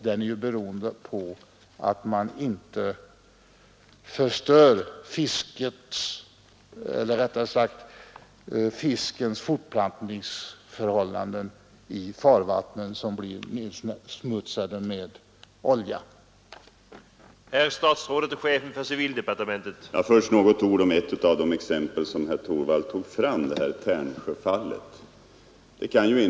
Den är ju beroende på att inte fiskens fortplantningsområden blir nedsmutsade med olja.